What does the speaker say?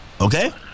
Okay